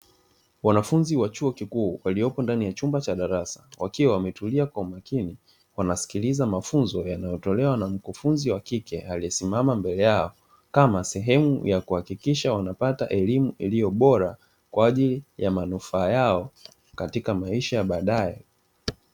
Wanafunzi wa chuo kikuu waliopo ndani ya chumba cha darasa, wakiwa wametulia kwa makini wanasikiliza mafunzo yanayotolewa na mkufunzi wa kike; aliyesimama mbele yao kama sehemu ya kuhakikisha wanapata elimu iliyo bora, kwa ajili ya manufaa yao katika maisha ya baadaye.